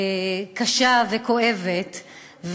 קשה וכואבת,